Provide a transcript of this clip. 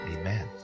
Amen